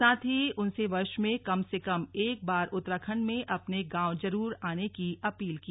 साथ ही उनसे वर्ष में कम से कम एक बार उत्तराखंड में अपने गांव जरूर आने की अपील की